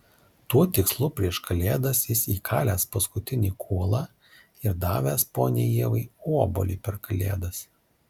tuo tikslu prieš kalėdas jis įkalęs paskutinį kuolą ir davęs poniai ievai obuolį per kalėdas